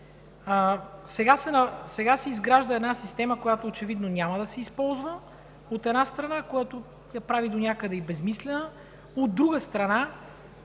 сега се изгражда една система, която очевидно няма да се използва, което я прави донякъде и безсмислена, от друга страна,